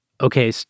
okay